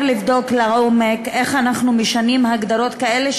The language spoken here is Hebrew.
לבדוק לעומק איך אנחנו משנים הגדרות כאלה,